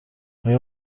آیا